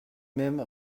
même